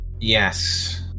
yes